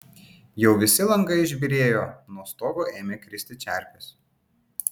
jau visi langai išbyrėjo nuo stogo ėmė kristi čerpės